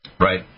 Right